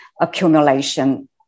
accumulation